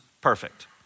perfect